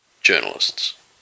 journalists